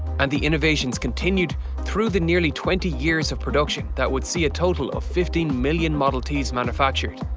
and the innovations continued through the nearly twenty years of production, that would see a total of fifteen million model ts manufactured.